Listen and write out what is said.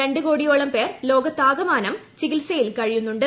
രണ്ട് കോടിയോളം പേർ ലോകത്താകമാനം ചികിത്സയിൽ കഴിയുന്നുണ്ട്